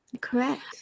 Correct